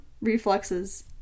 reflexes